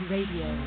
Radio